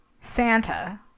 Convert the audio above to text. Santa